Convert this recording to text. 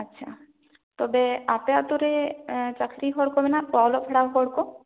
ᱟᱪᱪᱷᱟ ᱛᱚᱵᱮ ᱟᱯᱮ ᱟᱛᱳ ᱨᱮ ᱪᱟᱹᱠᱨᱤ ᱦᱚᱲ ᱠᱚ ᱢᱮᱱᱟ ᱠᱚᱣᱟ ᱚᱞᱚᱜ ᱯᱟᱲᱦᱟᱣ ᱦᱚᱲᱠᱚ